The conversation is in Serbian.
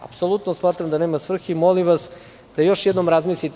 Apsolutno smatram da nema svrhe i molim vas da još jednom razmislite.